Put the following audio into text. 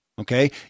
Okay